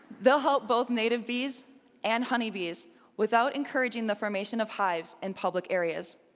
they'll help both native bees and honey bees without encouraging the formation of hives in public areas.